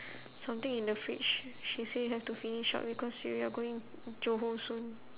something in the fridge she say have to finish up because we are going johor soon